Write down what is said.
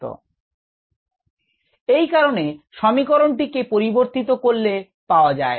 𝐸𝑡 𝐸 𝐸𝑆 এই কারণে সমীকরণটিকে পরিবর্তিত করলে পাওয়া যায়